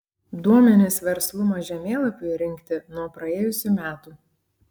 duomenys verslumo žemėlapiui rinkti nuo praėjusių metų